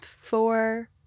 four